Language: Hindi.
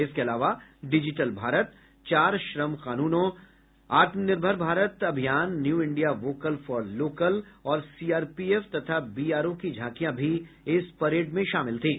इसके अलावा डिजिटल भारत चार श्रम कानूनों आत्मनिर्भर भारत अभियान new India vocal for local और सीआरपीएफ तथा बीआरओ की झांकियां भी इस परेड में शामिल थीं